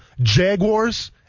Jaguars